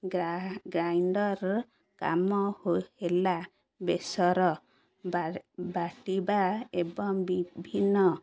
ଗା ଗ୍ରାଇଣ୍ଡର କାମ ହୋ ହେଲା ବେସର ବାଟିବା ଏବଂ ବିଭିନ୍ନ